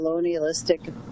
colonialistic